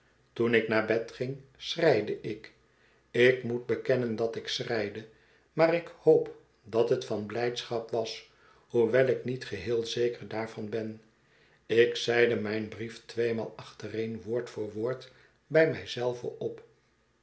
toen ik naar bed ging schreide ik ik moet bekennen dat ik schreide maar ik hoop dat het van blijdschap was hoewel ik niet geheel zeker daarvan ben ik zeide zijn brief tweemaal achtereen woord voor woord bij mij zelve op